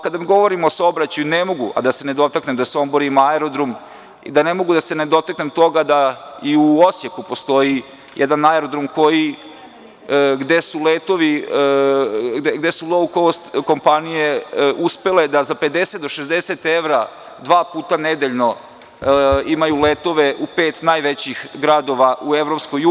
Kada govorim o saobraćaju, ne mogu da se ne dotaknem da Sombor ima aerodrom, ne mogu da se ne dotaknem toga da i u Osijeku postoji jedan aerodrom gde su lou kost kompanije uspele da za 50 do 60 evra dva puta nedeljno imaju letove u pet najvećih gradova u EU.